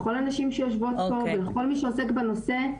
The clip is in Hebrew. לכל הנשים שיושבות פה ולכל מי שעוסק בנושא,